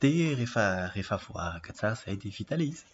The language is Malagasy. Dia rehefa rehefa voaraka tsara izay dia vita ilay izy.